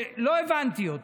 שלא הבנתי אותה.